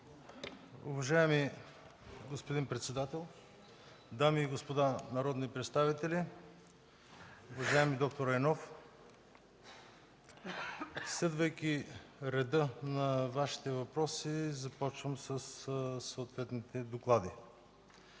Уважаеми господин председател, дами и господа народни представители! Уважаеми д р Райнов, следвайки реда на Вашите въпроси, започвам със съответните доклади.